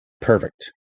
perfect